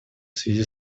связи